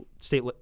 state